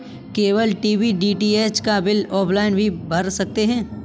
cable TV DTH का bill offline भी भर सकते हैं